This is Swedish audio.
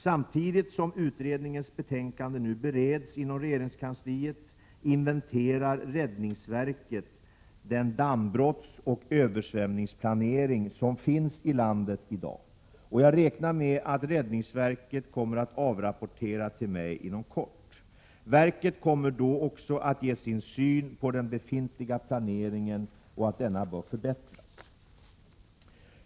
Samtidigt som utredningens betänkande nu bereds inom regeringskansliet inventerar räddningsverket den dammbrottsoch översvämningsplanering som finns i landet i dag. Jag räknar med att räddningsverket kommer att avrapportera till mig inom kort. Verket kommer då också att ge sin syn på den befintliga planeringen och ange om denna bör förbättras.